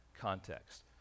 context